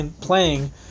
playing